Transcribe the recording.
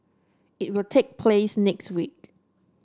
it will take place next week